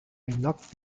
emlak